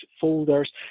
folders